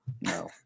No